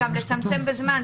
לצמצם בזמן.